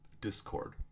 discord